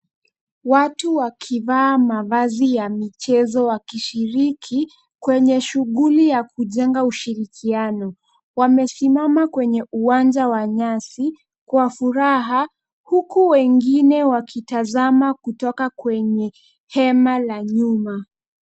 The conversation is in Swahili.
Watu wakivaa mavazi ya michezo wakishiriki kwenye shughuli ya kujenga ushirikiano. Wamesimama kwenye uwanja wa nyasi kwa furaha huku wengine wakitazama kutoka kwenye hema la nyuma.